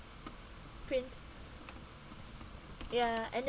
print ya and then